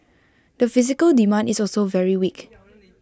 the physical demand is also very weak